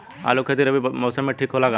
आलू के खेती रबी मौसम में ठीक होला का?